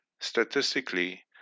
Statistically